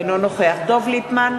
אינו נוכח דב ליפמן,